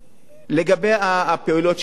לגבי הפעולות שלנו,